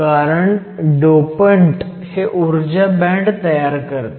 कारण डोपंट हे ऊर्जा बँड तयार करतात